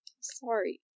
Sorry